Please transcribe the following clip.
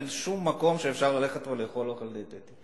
אין שום מקום שאפשר ללכת ולאכול אוכל דיאטטי.